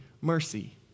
mercy